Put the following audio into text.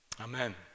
amen